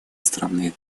островных